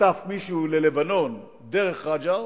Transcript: נחטף מישהו ללבנון דרך רג'ר.